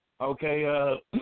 Okay